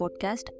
podcast